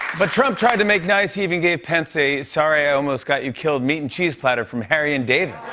but trump tried to make nice. he even gave pence a sorry i almost got you killed meat and cheese platter from harry and david.